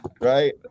right